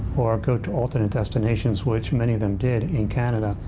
or go to alternate destinations, which many of them did in canada.